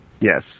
Yes